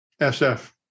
SF